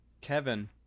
Kevin